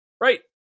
right